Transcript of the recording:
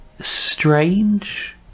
strange